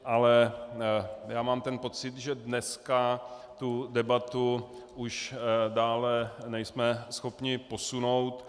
Ale mám pocit, že dneska tu debatu už dále nejsme schopni posunout.